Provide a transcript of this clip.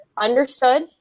understood